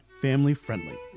family-friendly